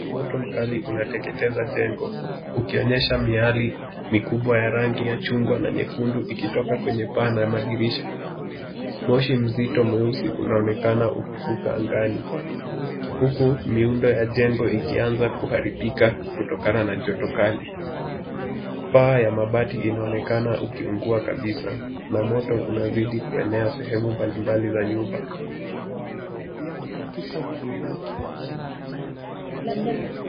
Moto mkali unateteketeza jengo ukionyesha miale mikubwa ya rangi ya chungwa na nyekundu ikitoka kwenye paa na dirisha. Moshi mzito mweusi unaonekana ukifuka angani huku miundo ya jengo ikianza kuharibika kutokana na joto kali. Paa ya mabati inaonekana ikiungua kabisa na moto unazidi kuenea sehemu mbalimbali za nyumba.